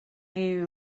you